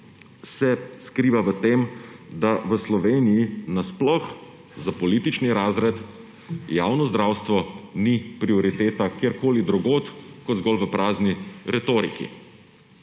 se skriva v tem, da v Sloveniji nasploh za politični razred javno zdravstvo ni prioriteta kjerkoli drugod kot zgolj v prazni retoriki.